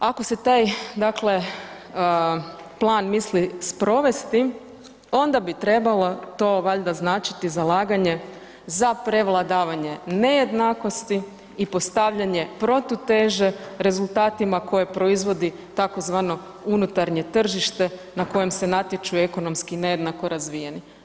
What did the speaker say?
Ako se taj, dakle plan misli sprovesti onda bi trebalo to valjda značiti zalaganje za prevladavanje nejednakosti i postavljanje protuteže rezultatima koje proizvodi tzv. unutarnje tržište na kojem se natječu ekonomski nejednako razvijeni.